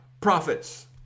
profits